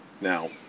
Now